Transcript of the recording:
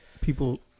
people